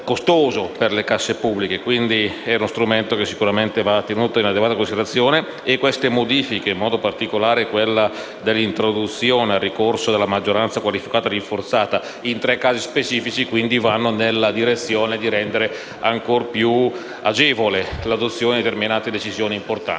per le casse pubbliche. Quindi, è uno strumento che sicuramente va tenuto in adeguata considerazione e le modifiche apportate, in modo particolare il ricorso alla maggioranza qualificata rinforzata in tre casi specifici, vanno nella direzione di rendere ancora più agevole l'adozione di determinate decisioni importanti.